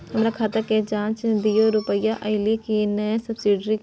हमर खाता के ज जॉंच दियो रुपिया अइलै की नय सब्सिडी के?